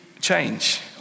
change